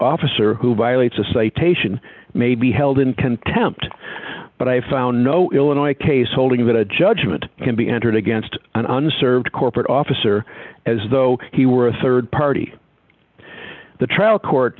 officer who violates a citation may be held in contempt but i found no illinois case holding that a judgment can be entered against an served corporate officer as though he were a rd party the trial court